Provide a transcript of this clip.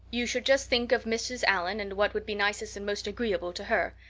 you should just think of mrs. allan and what would be nicest and most agreeable to her,